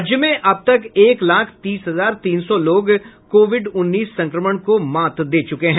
राज्य में अब तक एक लाख तीस हजार तीन सौ लोग कोविड उन्नीस संक्रमण को मात दे चुके हैं